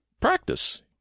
practice